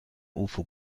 ufo